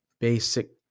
basic